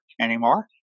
anymore